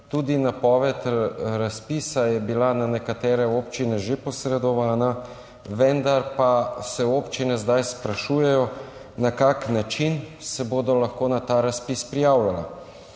Tudi napoved razpisa je bila na nekatere občine že posredovana, vendar pa se občine zdaj sprašujejo, na kakšen način se bodo lahko na ta razpis prijavljale.